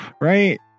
right